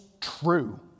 true